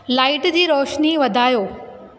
light जी रोशनी वधायो